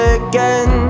again